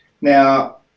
Now